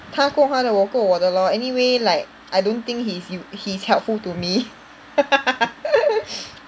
他过他的我过我的 lor anyway like I don't think he's use~ he's helpful to me